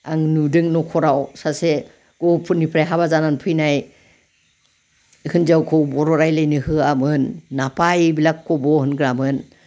आं नुदों न'खराव सासे गहपुरनिफ्राय हाबा जानानै फैनाय हिनजावखौ बर' राव रायज्लायनो होआमोन होनग्रामोन